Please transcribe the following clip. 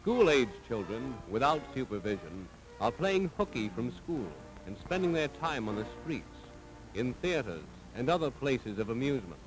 school age children without supervision are playing hooky from school and spending their time on the streets in theaters and other places of amusement